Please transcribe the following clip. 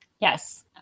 Yes